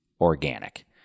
organic